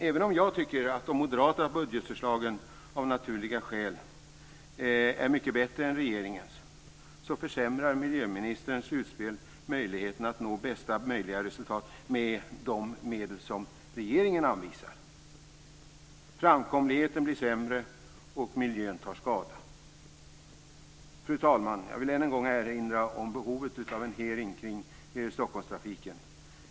Även om jag tycker att de moderata budgetförslagen av naturliga skäl är mycket bättre än regeringens försämrar miljöministerns utspel möjligheterna att nå bästa möjliga resultat med de medel som regeringen anvisar. Framkomligheten blir sämre, och miljön tar skada. Fru talman! Jag vill än en gång erinra om behovet av en hearing om Stockholmstrafiken.